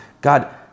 God